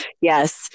yes